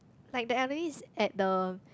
like the elderlies at the